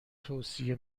توصیه